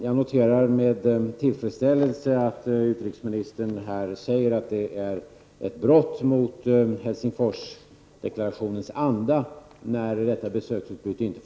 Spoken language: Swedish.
Jag noterar med tillfredsställelse att utrikesministern här säger att det är ett brott mot Helsingforsdeklarationens anda att inte tillåta detta besöksutbyte.